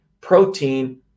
protein